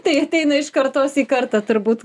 tai ateina iš kartos į kartą turbūt